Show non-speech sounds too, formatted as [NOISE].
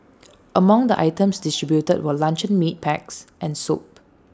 [NOISE] among the items distributed were luncheon meat packs and soap